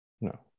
No